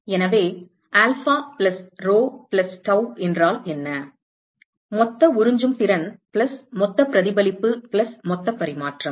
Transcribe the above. எனவே alpha plus rho plus tau என்றால் என்ன மொத்த உறிஞ்சும் திறன் பிளஸ் மொத்த பிரதிபலிப்பு பிளஸ் மொத்த பரிமாற்றம்